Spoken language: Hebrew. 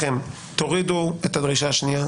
תורידו את הדרישה השנייה,